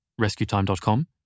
rescueTime.com